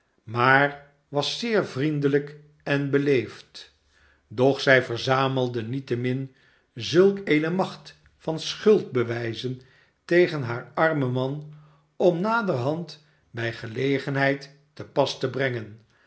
maar was zeer vriendelijk en beleefd doch zij verzamelde niettemin zulk eene macht van schuldbewijzen tegen haar armen man om naderhand bij gelegenheid te pas te brengen